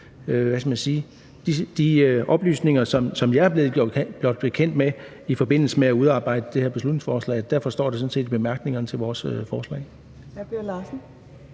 de oplysninger, som jeg er blevet gjort bekendt med i forbindelse med at udarbejde det her beslutningsforslag. Derfor står det sådan set i bemærkningerne til vores forslag.